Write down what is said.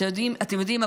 אתם יודעים,